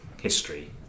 history